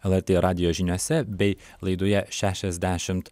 lrt radijo žiniose bei laidoje šešiasdešimt